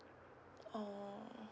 orh